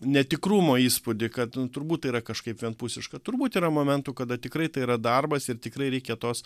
netikrumo įspūdį kad turbūt tai yra kažkaip vienpusiška turbūt yra momentų kada tikrai tai yra darbas ir tikrai reikia tos